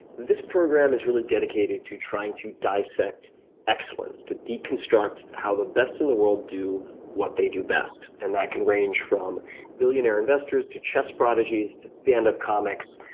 this program is really dedicated to trying to dissect excellence, to deconstruct how the best in the world do what they do best. and that can range from billionaire investors to chess prodigies, to stand-up comics,